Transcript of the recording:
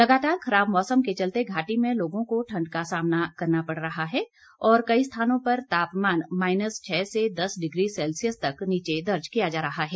लगातार खराब मौसम के चलते घाटी में लोगों को ठंड का सामना करना पड़ रहा है और कई स्थानों पर तापमान माइनस छह से दस डिग्री सेल्सियस तक नीचे दर्ज किया जा रहा है